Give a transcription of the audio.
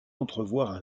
entrevoir